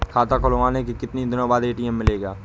खाता खुलवाने के कितनी दिनो बाद ए.टी.एम मिलेगा?